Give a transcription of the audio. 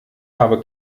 habe